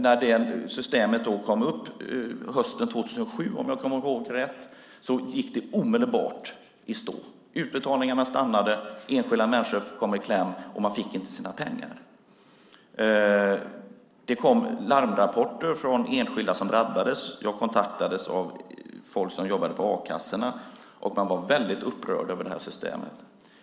När systemet infördes - hösten 2007, om jag kommer ihåg rätt - gick det omedelbart i stå. Utbetalningarna avstannade. Enskilda människor kom i kläm. Man fick inte sina pengar. Det kom larmrapporter från enskilda som drabbades. Jag kontaktades av folk som jobbade på a-kassorna, och man var väldigt upprörd över det här systemet.